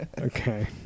Okay